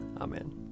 Amen